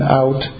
out